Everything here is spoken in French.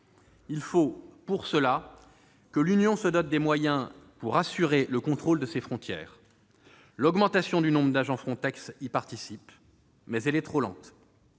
Il faut pour cela que l'Union se dote des moyens pour assurer le contrôle de ses frontières. L'augmentation du nombre d'agents Frontex y participe, mais elle est trop lente.